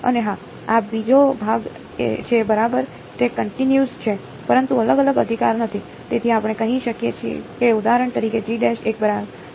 અને હા આ બીજો ભાગ છે બરાબર તે કન્ટિનયુઅસ છે પરંતુ અલગ અલગ અધિકાર નથી તેથી આપણે કહી શકીએ કે ઉદાહરણ તરીકે એક બરાબર છે